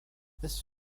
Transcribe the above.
this